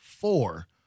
four